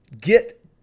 get